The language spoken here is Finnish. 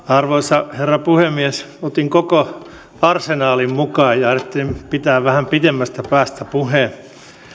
arvoisa herra puhemies otin koko arsenaalin mukaan ja ajattelin pitää vähän pitemmästä päästä puheen